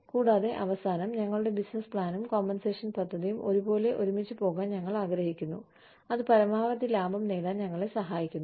കൂടാതെ അവസാനം ഞങ്ങളുടെ ബിസിനസ് പ്ലാനും കോമ്പൻസേഷൻ പദ്ധതിയും ഒരുപോലെ ഒരുമിച്ച് പോകാൻ ഞങ്ങൾ ആഗ്രഹിക്കുന്നു അത് പരമാവധി ലാഭം നേടാൻ ഞങ്ങളെ സഹായിക്കുന്നു